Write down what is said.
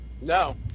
No